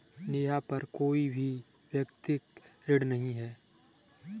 नेहा पर कोई भी व्यक्तिक ऋण नहीं है